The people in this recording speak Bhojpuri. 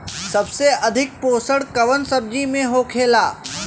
सबसे अधिक पोषण कवन सब्जी में होखेला?